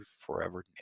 forever